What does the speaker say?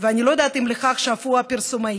ואני לא יודעת אם לכך שאפו הפרסומאים,